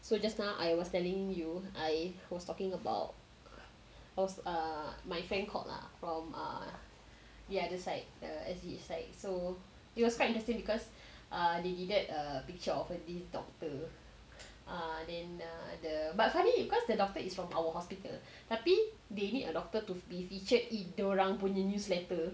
so just now I was telling you I was talking about I was err my friend called ah from uh ya just like uh like so it was quite interesting because uh they needed a picture of a day doctor err then err the but suddenly you because the doctor is from our hospital tapi they need a doctor to be featured dia orang punya newsletter